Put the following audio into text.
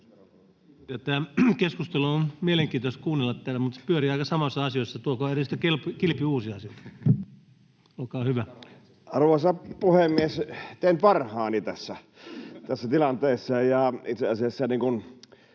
Tätä keskustelua on mielenkiintoista kuunnella täällä, mutta se pyörii aika samoissa asioissa. — Tuokohan edustaja Kilpi sitten uusia asioita, olkaa hyvä. Arvoisa puhemies! Teen parhaani tässä tilanteessa.